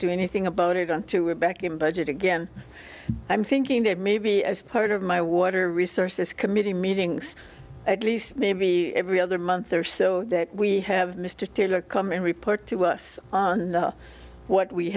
do anything about it on to we're back in budget again i'm thinking that maybe as part of my water resources committee meetings at least maybe every other month or so that we have mr taylor come and report to us what we